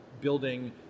building